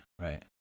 right